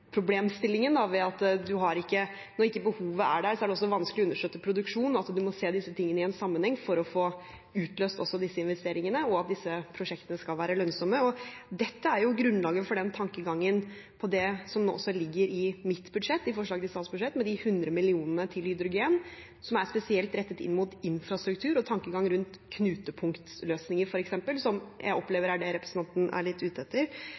behovet er der, er det vanskelig å understøtte produksjon. En må se disse tingene i sammenheng for å få utløst disse investeringene og at disse prosjektene skal være lønnsomme. Dette er grunnlaget for den tankegangen bak det som nå ligger i forslaget til statsbudsjett, med 100 mill. kr til hydrogen, som er spesielt rettet inn mot infrastruktur og tankegang rundt knutepunktløsninger f.eks., som jeg opplever er det representanten Lyngedal er ute etter.